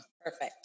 Perfect